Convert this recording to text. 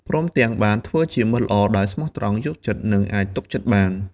ព្រមទាំងបានធ្វើជាមិត្តល្អដែលស្មោះត្រង់ យល់ចិត្ត និងអាចទុកចិត្តបាន។